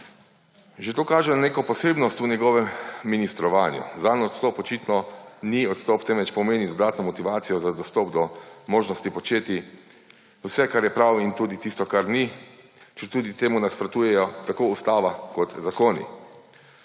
Že to kaže na neko posebnost v njegovem ministrovanju. Zanj odstop očitno ni odstop, temveč pomeni dodatno motivacijo za dostop do možnosti početi vse, kar je prav, in tudi tisto, kar ni, četudi temu nasprotujejo tako ustava kot zakoni.